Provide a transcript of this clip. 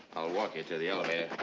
walk you to the elevator.